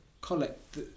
collect